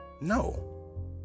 no